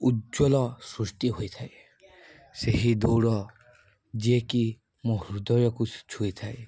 ଉଜ୍ଜ୍ଵଳ ସୃଷ୍ଟି ହୋଇଥାଏ ସେହି ଦୌଡ଼ ଯିଏକି ମୋ ହୃଦୟକୁ ଛୁଇଁଥାଏ